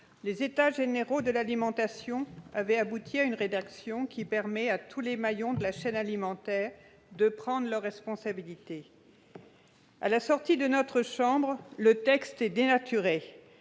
Les États généraux de l'alimentation avaient abouti à une rédaction permettant à tous les maillons de la chaîne alimentaire de prendre leurs responsabilités. Or, après son examen par notre chambre, le texte est dénaturé.